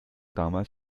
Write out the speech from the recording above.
damals